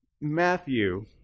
Matthew